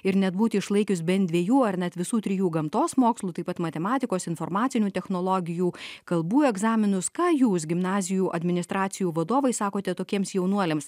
ir net būti išlaikius bent dvejų ar net visų trijų gamtos mokslų taip pat matematikos informacinių technologijų kalbų egzaminus ką jūs gimnazijų administracijų vadovai sakote tokiems jaunuoliams